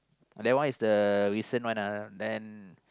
that one is the recent one ah then